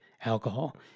alcohol